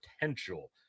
potential